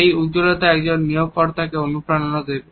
এই উজ্জলতা একজন নিয়োগকর্তাকে অনুপ্রেরণা দেবে